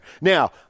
Now